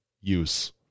use